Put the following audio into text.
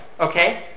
Okay